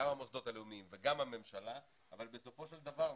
גם במוסדות הלאומיים וגם הממשלה אבל בסופו של דבר,